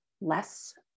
less